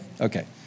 Okay